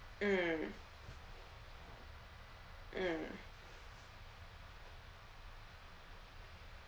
mm mm